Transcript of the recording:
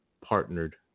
partnered